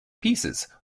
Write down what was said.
pieces